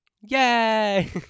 Yay